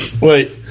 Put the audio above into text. Wait